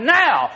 now